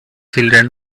children